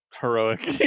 heroic